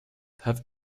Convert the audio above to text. have